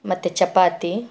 ಮತ್ತೆ ಚಪಾತಿ